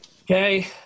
okay